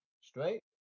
Straight